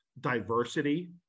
diversity